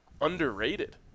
underrated